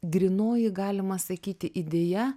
grynoji galima sakyti idėja